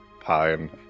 pine